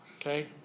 okay